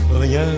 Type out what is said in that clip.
rien